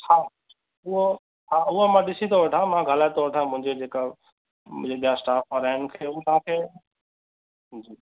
हा उहो हा उहो मां ॾिसी थो वठां मां ॻाल्हाए थो वठां मुंहिंजे जेका मुंहिंजा स्टाफ़ वारा आहिनि खे हू तव्हांखे जी